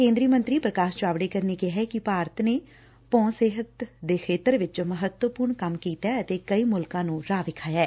ਕੇਂਦਰੀ ਮੰਤਰੀ ਪ੍ਰਕਾਸ਼ ਜਾਵੜੇਕਰ ਨੇ ਕਿਹੈ ਕਿ ਭਾਰਤ ਨੇ ਭੌਂ ਸਿਹਤ ਦੇ ਖੇਤਰ ਵਿਚ ਮਹੱਤਵਪੁਰਨ ਕੰਮ ਕੀਤੈ ਅਤੇ ਕਈ ਮੁਲਕਾਂ ਨੂੰ ਰਾਹ ਵਿਖਾਇਐ